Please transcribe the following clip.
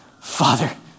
Father